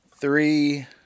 three